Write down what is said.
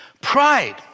Pride